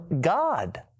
God